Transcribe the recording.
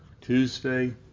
Tuesday